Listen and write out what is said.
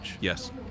Yes